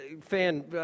fan